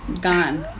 gone